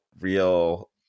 real